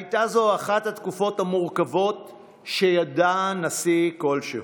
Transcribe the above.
הייתה זו אחת התקופות המורכבות שידע נשיא כלשהו.